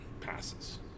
passes